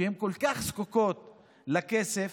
שכל כך זקוקות לכסף,